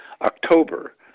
October